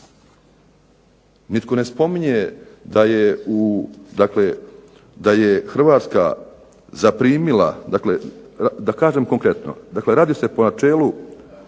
nitko ne spominje da je Hrvatska zaprimila, da kažem konkretno, radi se po načelu